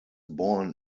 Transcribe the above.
born